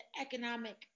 economic